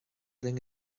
linn